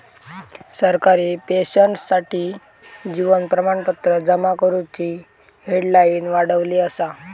सरकारी पेंशनर्ससाठी जीवन प्रमाणपत्र जमा करुची डेडलाईन वाढवली असा